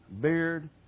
beard